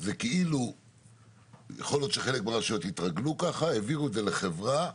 היא שיכול להיות שחלק מהרשויות התרגלו והעבירו את הטיפול לחברה.